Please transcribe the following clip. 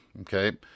Okay